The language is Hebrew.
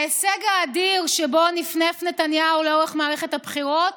ההישג האדיר שבו נפנף נתניהו לאורך מערכת הבחירות